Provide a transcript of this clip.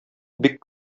бик